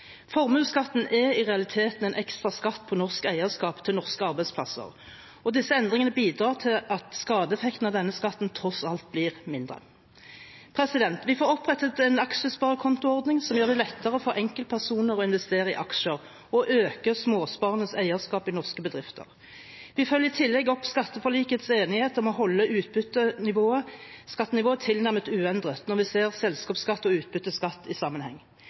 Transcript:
Formuesskatten er i realiteten en ekstra skatt på norsk eierskap til norske arbeidsplasser, og disse endringene bidrar til at skadeeffektene av denne skatten tross alt blir mindre. Vi får opprettet en aksjesparekontoordning som gjør det lettere for enkeltpersoner å investere i aksjer og øker småsparernes eierskap i norske bedrifter. Vi følger i tillegg opp skatteforlikets enighet om å holde utbytteskattenivået tilnærmet uendret når vi ser selskapsskatt og utbytteskatt i sammenheng.